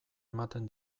ematen